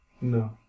No